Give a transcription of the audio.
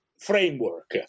framework